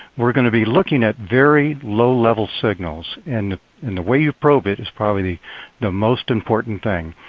we're going to be looking at very low level signals. and and the way you probe it is probably the most important thing.